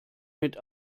mit